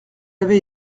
avait